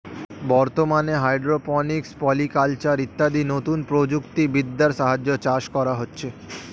বর্তমানে hydroponics, polyculture ইত্যাদি নতুন প্রযুক্তি বিদ্যার সাহায্যে চাষ করা হচ্ছে